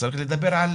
צריך לדבר על